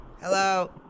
Hello